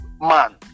man